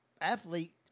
athlete